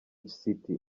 city